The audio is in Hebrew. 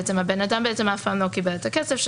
שהבן אדם אף פעם לא קיבל את הכסף,